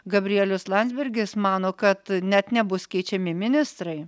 gabrielius landsbergis mano kad net nebus keičiami ministrai